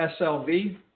SLV